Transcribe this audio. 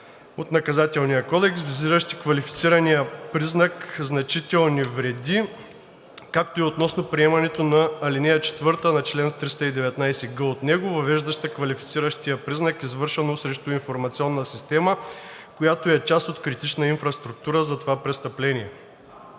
от Наказателния кодекс, визиращи квалифициращия признак „значителни вреди“, както и относно приемането на ал. 4 на чл. 319г от него, въвеждаща квалифициращия признак „извършено срещу информационна система, която е част от критична инфраструктура“ за това престъпление.